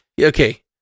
Okay